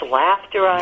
laughter